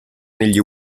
negli